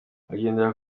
bagendera